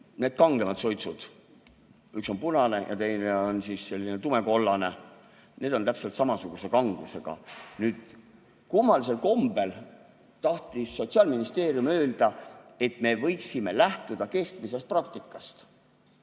need kangemad suitsud, üks on punane ja teine on selline tumekollane – need on täpselt samasuguse kangusega. Kummalisel kombel tahtis Sotsiaalministeerium öelda, et me võiksime lähtuda keskmisest praktikast.